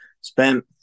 spent